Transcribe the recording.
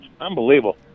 unbelievable